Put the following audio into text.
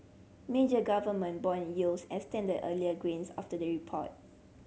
major government bond yields extended earlier gains after the report